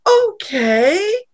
Okay